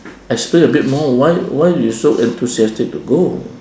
explain a bit more why why you so enthusiastic to go